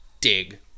dig